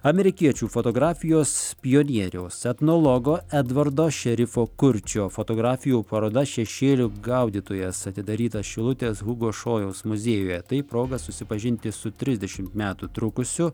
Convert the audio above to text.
amerikiečių fotografijos pionieriaus etnologo edvardo šerifo kurčio fotografijų paroda šešėlių gaudytojas atidaryta šilutės hugo šojaus muziejuje tai proga susipažinti su trisdešimt metų trukusiu